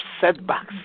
setbacks